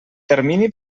termini